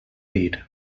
dir